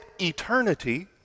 eternity